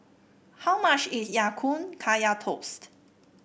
how much is Ya Kun Kaya Toast